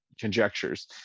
conjectures